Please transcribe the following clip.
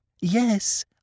Yes